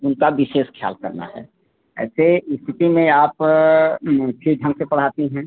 उनका विशेष ख्याल करना है ऐसे स्थिति में आप किस ढंग से पढ़ाती हैं